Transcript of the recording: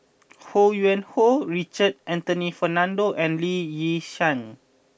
Ho Yuen Hoe Raymond Anthony Fernando and Lee Yi Shyan